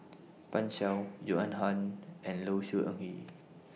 Pan Shou Joan Hon and Low Siew Nghee